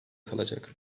kalacak